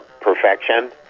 perfection